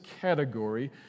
category